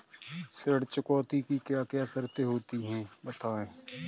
ऋण चुकौती की क्या क्या शर्तें होती हैं बताएँ?